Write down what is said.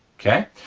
okay?